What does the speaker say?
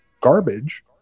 garbage